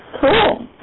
cool